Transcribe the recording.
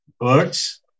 birds